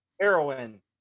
heroin